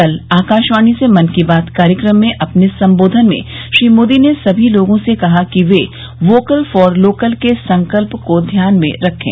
कल आकाशवाणी से मन की बात कार्यक्रम में अपने सम्बोधन में श्री मोदी ने सभी लोगों से कहा कि वे वोकल फॉर लोकल के संकल्प को ध्यान में रखें